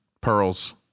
pearls